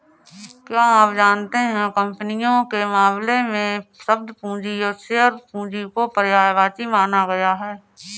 क्या आप जानते है कंपनियों के मामले में, शब्द पूंजी और शेयर पूंजी को पर्यायवाची माना गया है?